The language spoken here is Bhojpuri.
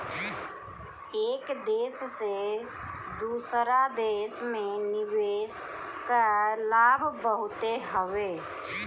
एक देस से दूसरा देस में निवेश कअ लाभ बहुते हवे